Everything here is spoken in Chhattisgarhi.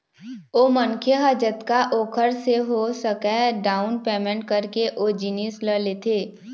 ओ मनखे ह जतका ओखर से हो सकय डाउन पैमेंट करके ओ जिनिस ल लेथे